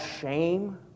shame